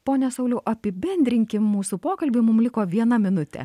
pone sauliau apibendrinkim mūsų pokalbį mum liko viena minutė